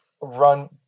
run